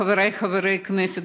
חבריי חברי הכנסת,